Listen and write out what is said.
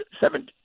seven